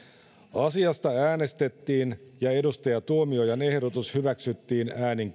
asiasta äänestettiin ja edustaja tuomiojan ehdotus hyväksyttiin äänin